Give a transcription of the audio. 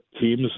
teams